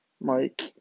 Mike